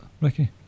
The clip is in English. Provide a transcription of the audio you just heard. Ricky